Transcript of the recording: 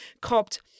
copped